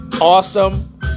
Awesome